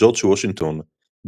ג'ורג' וושינגטון,